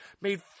made